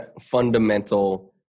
fundamental